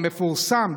המפורסם,